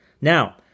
Now